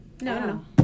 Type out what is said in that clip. no